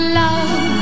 love